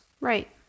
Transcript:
Right